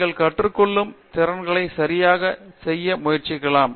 நீங்கள் கற்றுக் கொள்ளும் திறன்களை சரியாகச் செய்ய முயற்சிக்கலாம்